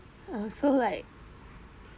uh so like